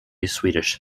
swedish